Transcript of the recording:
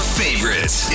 favorites